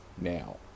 Now